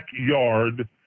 backyard